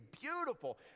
beautiful